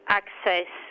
access